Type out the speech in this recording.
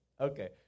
Okay